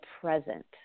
present